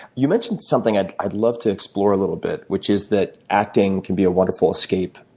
you mentioned something i'd i'd love to explore a little bit, which is that acting can be a wonderful escape,